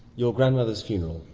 your grandmother's funeral.